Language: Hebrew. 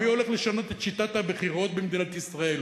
מי הולך לשנות את שיטת הבחירות במדינת ישראל?